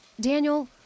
Daniel